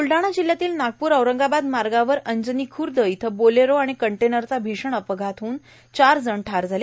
ब्लडाणा जिल्ह्यातील नागपूर औरंगाबाद मार्गावर अंजनी खूर्द इथं बोलेरो आणि कंटेनरचा भीषण अपघात होऊन चार जण ठार झाले